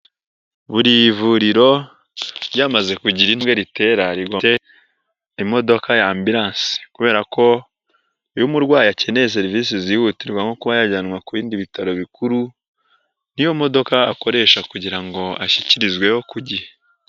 Buri vuriro ryamaze kugira imodoka imwe ya ambulance kubera ko iyo umurwayi akeneye serivisi zihutirwa nko kuba yajyanwa ku bindi bitaro bikuru, ni yo modoka akoresha kugira ngo ashyikirizweho ku gihe.